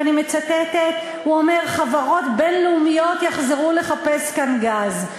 ואני מצטטת: חברות בין-לאומיות יחזרו לחפש כאן גז.